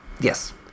Yes